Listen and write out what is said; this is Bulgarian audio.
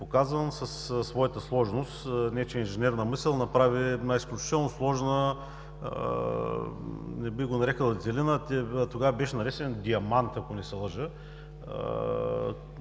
медиите със своята сложност. Нечия инженерна мисъл направи изключително сложна, не бих го нарекъл, детелина. Тогава беше наречен „диамант“, ако не се лъжа.